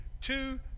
two